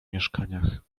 mieszkaniach